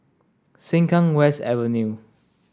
Sengkang West Avenue